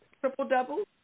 triple-doubles